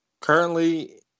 Currently